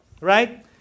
Right